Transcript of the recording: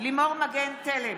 לימור מגן תלם,